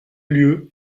lieu